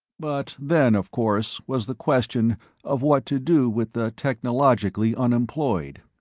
but then, of course, was the question of what to do with the technologically unemployed.